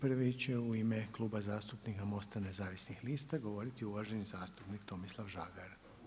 Prvi će u ime Kluba zastupnika MOST-a Nezavisnih lista govoriti uvaženi zastupnik Tomislav Žagar.